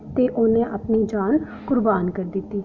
ते उ'नें अपनी जान कुर्बान करी दित्ती